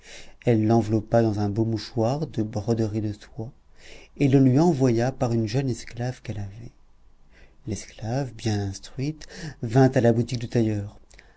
elle l'enveloppa dans un beau mouchoir de broderie de soie et le lui envoya par une jeune esclave qu'elle avait l'esclave bien instruite vint à la boutique du tailleur